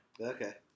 Okay